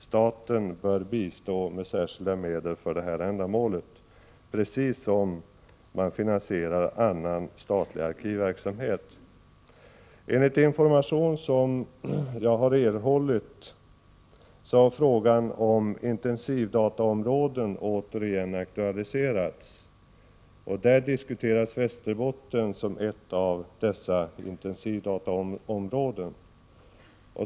Staten bör bistå med särskilda medel för detta ändamål, precis som man finansierar annan statlig arkivverksamhet. Enligt information som jag har erhållit har frågan om intensivdataområden återigen aktualiserats. Västerbotten diskuteras som ett av dessa intensivdataområden.